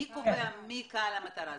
מי קובע מי קהל המטרה?